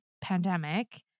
pandemic